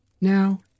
Now